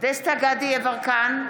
דסטה גדי יברקן,